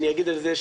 אני אגיד על זה,